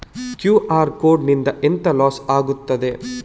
QR code ನಿಂದ ಎಂತ loss ಆಗ್ತದೆ?